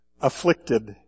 Afflicted